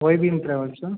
YPM ட்ராவல்ஸா